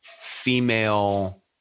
female